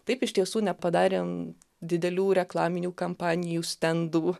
taip iš tiesų nepadarėm didelių reklaminių kampanijų stendų